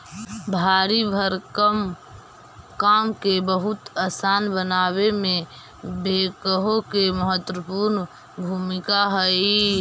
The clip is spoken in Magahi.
भारी भरकम काम के बहुत असान बनावे में बेक्हो के महत्त्वपूर्ण भूमिका हई